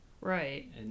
Right